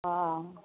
हॅं